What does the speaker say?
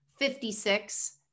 56